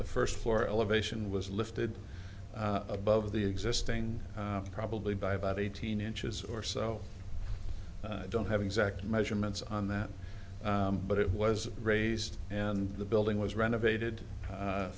the first floor elevation was lifted above the existing probably by about eighteen inches or so i don't have exact measurements on that but it was raised and the building was renovated